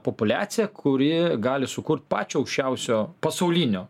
populiacija kuri gali sukurt pačio aukščiausio pasaulinio